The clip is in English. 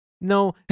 No